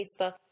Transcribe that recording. Facebook